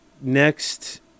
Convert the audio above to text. next